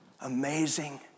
amazing